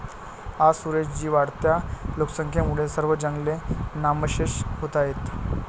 आज सुरेश जी, वाढत्या लोकसंख्येमुळे सर्व जंगले नामशेष होत आहेत